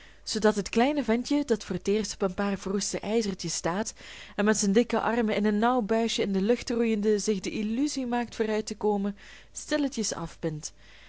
zoodat het kleine ventje dat voor t eerst op een paar verroeste ijzertjes staat en met zijne dikke armen in een nauw buisjen in de lucht roeiende zich de illusie maakt vooruit te komen stilletjes afbindt